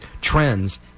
Trends